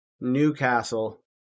Newcastle